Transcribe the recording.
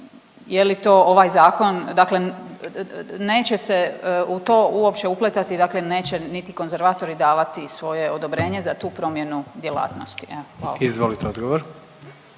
Je li to ovaj zakon, dakle neće se u to uopće upletati, dakle neće niti konzervatori davati svoje odobrenje za tu promjenu djelatnosti? Evo, hvala.